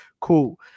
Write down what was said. Cool